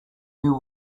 you